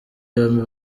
yombi